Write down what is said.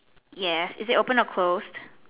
yes is it open or closed